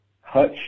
Hutch